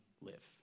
live